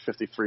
53